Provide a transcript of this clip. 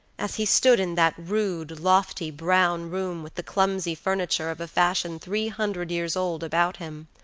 as he stood in that rude, lofty, brown room, with the clumsy furniture of a fashion three hundred years old about him,